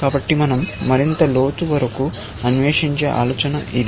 కాబట్టి మనం మరింత లోతు వరకు అన్వేషించే ఆలోచన ఇది